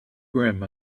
brim